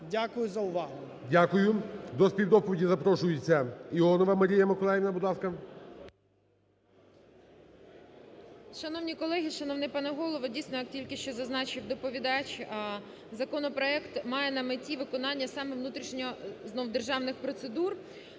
Дякую за увагу. ГОЛОВУЮЧИЙ. Дякую. До співдоповіді запрошується Іонова Марія Миколаївна, будь ласка. 12:02:36 ІОНОВА М.М. Шановні колеги, шановний пане Голово. Дійсно, як тільки що зазначив доповідач, законопроект має на меті виконання саме внутрішньо… знову державних процедур.